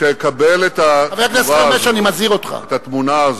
כשאקבל את התמונה הזו,